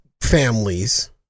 families